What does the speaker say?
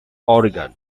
oregon